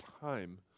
time